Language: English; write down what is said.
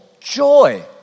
joy